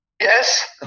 Yes